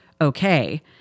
okay